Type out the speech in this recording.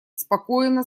спокойно